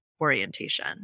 orientation